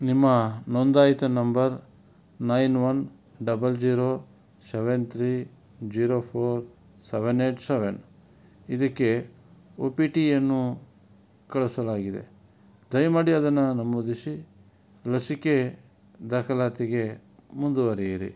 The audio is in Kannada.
ನಿಮ್ಮ ನೋಂದಾಯಿತ number nine one double zero seven three zero four seven eight seven ಇದಕ್ಕೆ ಒ ಪಿ ಟಿ ಯನ್ನು ಕಳಿಸಲಾಗಿದೆ ದಯಮಾಡಿ ಅದನ್ನು ನಮೂದಿಸಿ ಲಸಿಕೆ ದಾಖಲಾತಿಗೆ ಮುಂದುವರೆಯಿರಿ